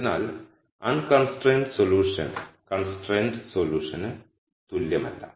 അതിനാൽ unconstrained solution constrained സൊല്യൂഷൻന് തുല്യമല്ല